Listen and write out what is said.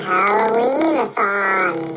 Halloween-a-thon